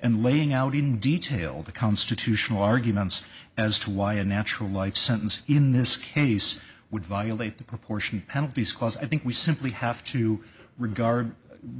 and laying out in detail the constitutional arguments as to why a natural life sentence in this case would violate the proportion penalties cause i think we simply have to regard